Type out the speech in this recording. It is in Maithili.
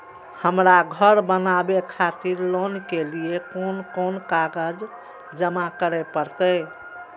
हमरा घर बनावे खातिर लोन के लिए कोन कौन कागज जमा करे परते?